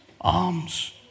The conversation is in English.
alms